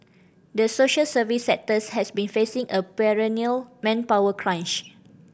the social service sectors has been facing a perennial manpower crunch